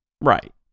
Right